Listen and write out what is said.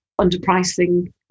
underpricing